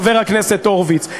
חבר הכנסת הורוביץ.